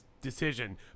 decision